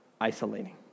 isolating